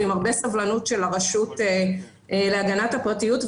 ועם הרבה סבלנות של הרשות להגנת הפרטיות.